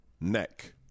neck